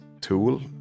Tool